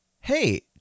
Hey